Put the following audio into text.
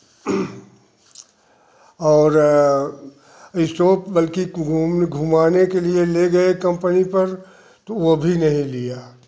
और इस्टोव बल्कि घूम घूमाने के लिए ले गए कंपनी पर तो वह भी नहीं लिया